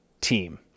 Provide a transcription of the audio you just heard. team